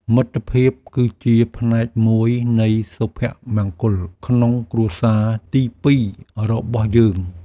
មិត្តភាពគឺជាផ្នែកមួយនៃសុភមង្គលក្នុងគ្រួសារទីពីររបស់យើង។